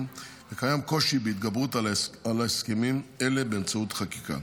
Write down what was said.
וקיים קושי בהתגברות על הסכמים אלה באמצעות חקיקה,